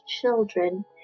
children